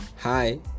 Hi